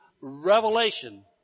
revelation